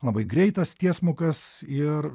labai greitas tiesmukas ir